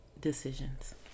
decisions